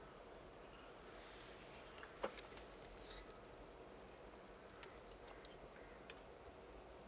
uh